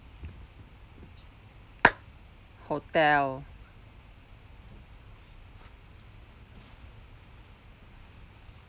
hotel